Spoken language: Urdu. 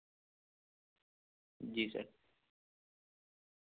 جی سر